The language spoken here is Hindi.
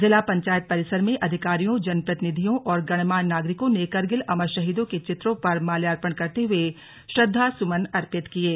जिला पंचायत परिसर में अधिकारियों जनप्रतिनिधियों और गणमान्य नागरिकों ने करगिल अमर शहीदों के चित्रों पर माल्यपर्ण करते हुए श्रद्वासुमन अर्पित किये